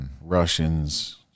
Russians